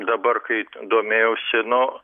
dabar kai domėjausi nu